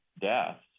deaths